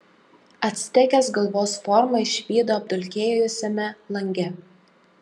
actekės galvos formą išvydo apdulkėjusiame lange